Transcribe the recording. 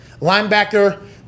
linebacker